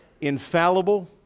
infallible